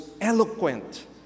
eloquent